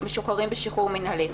משוחררים בשחרור מינהלי.